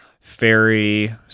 fairy